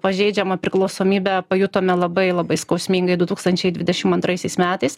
pažeidžiamą priklausomybę pajutome labai labai skausmingai du tūkstančiai dvidešim antraisiais metais